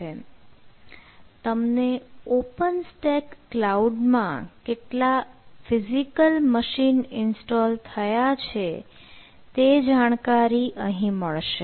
અહીં તમને OpenStack cloud માં કેટલા ફિઝિકલ મશીન ઇન્સ્ટોલ થયા છે તે જાણકારી મળશે